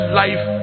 life